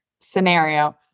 scenario